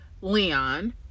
Leon